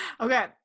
Okay